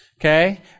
okay